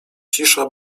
cisza